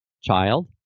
child